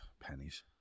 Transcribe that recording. Pennies